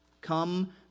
Come